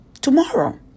tomorrow